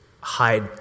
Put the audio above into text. hide